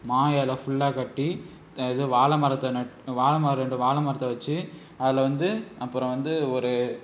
மா இல ஃபுல்லாக கட்டி த இது வாழை மரத்தை நட் வாழை மரம் ரெண்டு வாழை மரத்தை வச்சு அதில் வந்து அப்புறம் வந்து ஒரு